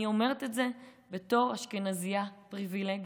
אני אומרת את זה בתור אשכנזייה פריבילגית.